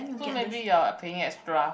so maybe you are paying extra